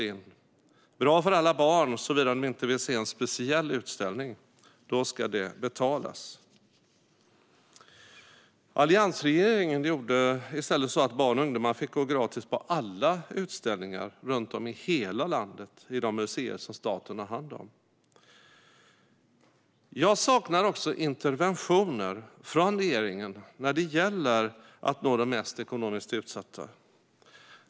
Det är bra för alla barn, såvida de inte vill se en speciell utställning. Då ska det betalas. Alliansregeringen gjorde i stället så att barn och ungdomar fick gå gratis på alla utställningar runt om i hela landet i de museer som staten har hand om. Jag saknar också interventioner från regeringen när det gäller att nå de mest ekonomiskt utsatta.